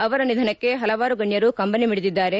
ಅವರ ನಿಧನಕ್ಕೆ ಪಲವಾರು ಗಣ್ಯರು ಕಂಬನಿ ಮಿಡಿದಿದ್ದಾರೆ